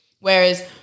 whereas